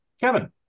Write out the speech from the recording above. kevin